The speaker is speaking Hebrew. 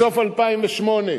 בסוף 2008,